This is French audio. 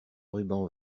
rubans